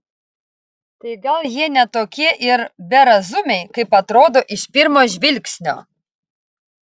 tai gal jie ne tokie ir berazumiai kaip atrodo iš pirmo žvilgsnio